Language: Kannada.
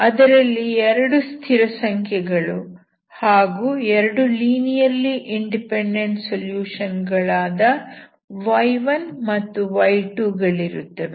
ಅದರಲ್ಲಿ 2 ಸ್ಥಿರಸಂಖ್ಯೆಗಳು ಹಾಗೂ 2 ಲೀನಿಯರ್ಲಿ ಇಂಡಿಪೆಂಡೆಂಟ್ ಸೊಲ್ಯೂಷನ್ ಗಳಾದ y1 ಮತ್ತು y2 ಗಳಿರುತ್ತವೆ